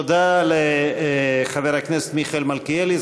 תודה לחבר הכנסת מיכאל מלכיאלי.